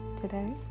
today